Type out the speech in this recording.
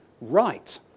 right